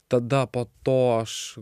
tada po to aš